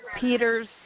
Peter's